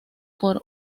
por